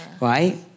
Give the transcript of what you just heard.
Right